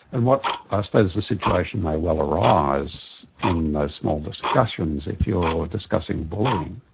and what i suppose the situation may well arise in those small discussions if you're discussing bullying,